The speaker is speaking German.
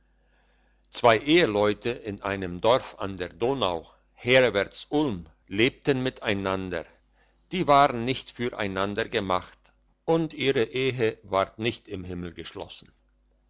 zwei eheleute in einem dorf an der donau herwärts ulm lebten miteinander die waren nicht für einander gemacht und ihre ehe ward nicht im himmel geschlossen